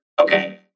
Okay